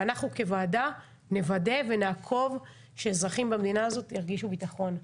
אנחנו כוועדה נוודא ונעקוב שאזרחים במדינה הזאת ירגישו ביטחון,